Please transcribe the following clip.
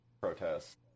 protests